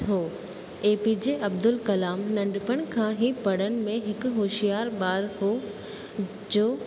हुओ एपीजे अब्दुल कलाम नंढपण खां ई पढ़नि में हिकु होशियार ॿार हुओ जो